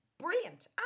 brilliant